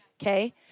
okay